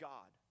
God